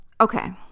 Okay